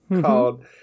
called